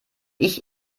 ich